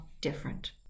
different